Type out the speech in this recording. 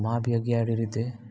मां बि अॻियां अहिड़ी रीते